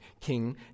King